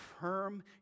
firm